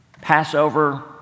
Passover